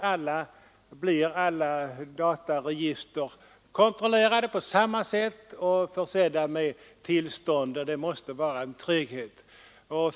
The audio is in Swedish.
Därmed blir alla dataregister kontrollerade på samma sätt och försedda med tillstånd, och det måste innebära en avsevärd trygghet.